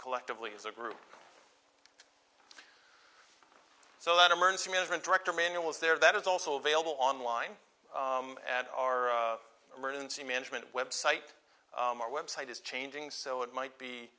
collectively as a group so that emergency management director manual is there that is also available online at our emergency management website our website is changing so it might be